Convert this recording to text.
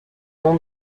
nom